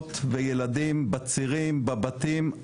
תינוקות וילדים, בצירים, בבתים.